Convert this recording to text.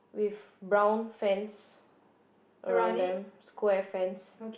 with brown fence around them square fence